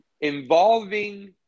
Involving